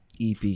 EP